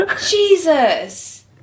Jesus